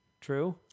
True